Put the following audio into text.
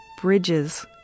bridges